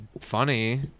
funny